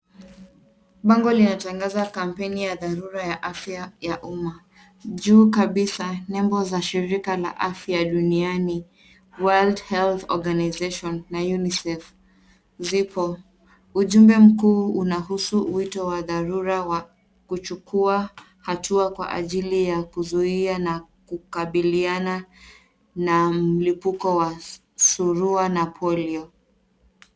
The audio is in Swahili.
Bango linatangaza kampeni ya dharura ya afya ya umma. Juu kabisa, nembo za shira la afya duniani, World Helath Organisation na UNISEF, zipo. Ujumbe mkuu unahusu wito wa dharura wa kuchukua hatua kwa ajili ya kuzuia na kukabiliana na mlipuko wa surua na polio.